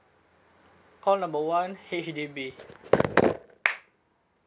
call number one H_D_B